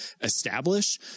establish